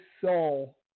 soul